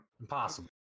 Impossible